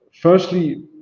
Firstly